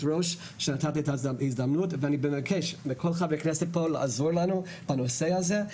שנתת את ההזדמנות ואני מבקש מכל חברי הכנסת כאן לעזור לנו בנושא הזה,